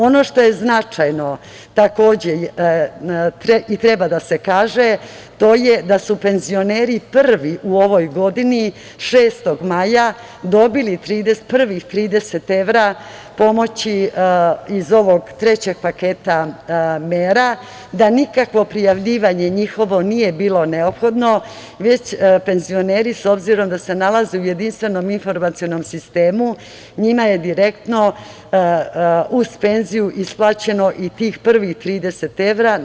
Ono što je značajno takođe i treba da se kaže, to je da su penzioneri prvi u ovoj godini 6. maja dobili prvih 30 evra pomoći iz ovog trećeg paketa mera, da nikakvo prijavljivanje njihovo nije bilo neophodno, već s obzirom da se penzioneri nalaze u Jedinstvenom informacionom sistemu, njima je direktno uz penziju isplaćeno i tih prvih 30 evra.